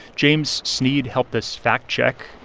james sneed helped us fact-check.